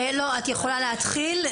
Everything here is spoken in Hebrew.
יכולה להתחיל.